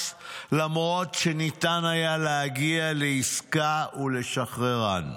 למרות שניתן היה להגיע לעסקה ולשחררן?